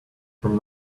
from